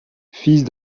fils